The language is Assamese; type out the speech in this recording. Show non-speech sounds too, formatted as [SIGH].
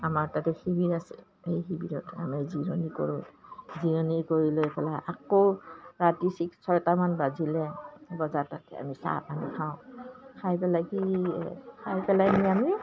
আমাৰ তাতে শিবিৰ আছে সেই শিবিৰত আমি জিৰণি কৰোঁ জিৰণি কৰি লৈ পেলাই আকৌ ৰাতি [UNINTELLIGIBLE] ছটামান বাজিলে বজাত তাতে আমি চাহপানী খাওঁ খাই পেলাই খাই পেলাই কি আমি